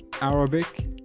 Arabic